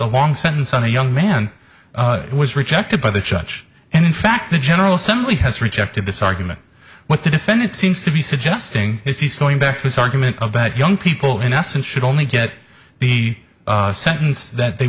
a long sentence on a young man was rejected by the judge and in fact the general assembly has rejected this argument what the defendant seems to be suggesting is he's going back to his argument about young people in essence should only get the sentence that they